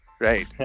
right